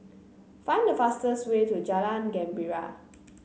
find the fastest way to Jalan Gembira